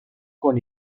con